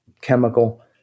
chemical